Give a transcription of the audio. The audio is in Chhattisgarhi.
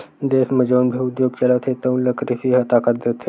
देस म जउन भी उद्योग चलत हे तउन ल कृषि ह ताकत देथे